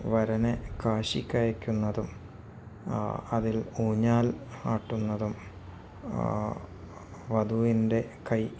വരന കാശിക്കയയ്ക്കുന്നതും അതിൽ ഊഞ്ഞാൽ ആട്ടുന്നതും വധുവിൻ്റെ കൈ